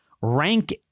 rank